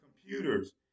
computers